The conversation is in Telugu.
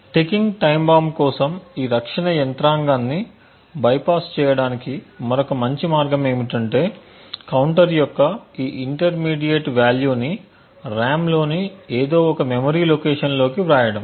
టికింగ్ టైమ్ బాంబ్ కోసం ఈ రక్షణ యంత్రాంగాన్ని బైపాస్చేయడానికి మరొక మంచి మార్గం ఏమిటంటే కౌంటర్యొక్క ఈ ఇంటర్మీడియట్ వాల్యూను RAM లోని ఏదో ఒక మెమరీ లొకేషన్లోకి వ్రాయడం